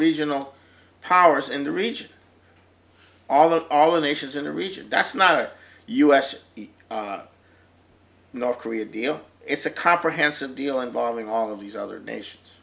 regional powers in the region all the all the nations in the region that's not a u s north korea deal it's a comprehensive deal involving all of these other nations